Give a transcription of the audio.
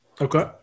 Okay